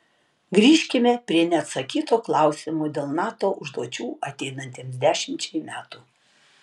grįžkime prie neatsakyto klausimo dėl nato užduočių ateinantiems dešimčiai metų